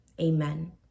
amen